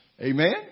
Amen